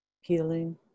healing